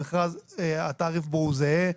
המכרז, התעריף בו הוא זהה.